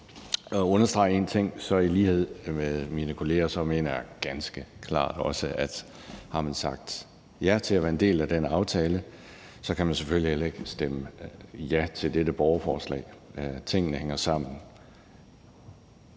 skal understrege en ting, mener ganske klart også, at har man sagt ja til være en del af den aftale, kan man selvfølgelig heller ikke stemme ja til dette borgerforslag. Tingene hænger sammen.